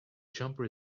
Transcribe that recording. jumper